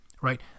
right